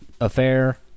affair